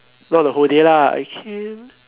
not the whole day lah I came